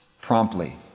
promptly